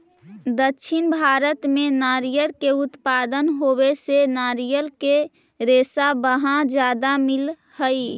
दक्षिण भारत में नारियर के उत्पादन होवे से नारियर के रेशा वहाँ ज्यादा मिलऽ हई